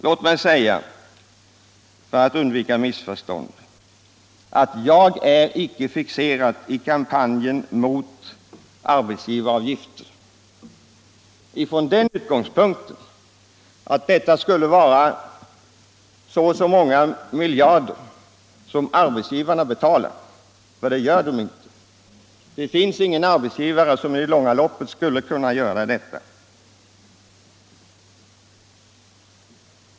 Låt mig för att undvika missförstånd säga att jag inte är fixerad i kampanjen mot arbetsgivaravgifter i den mån den går ut på att arbetsgivarna slutligt betalar desamma. Arbetsgivarna betalar inte så och så många miljarder — i det långa loppet kan de aldrig göra det.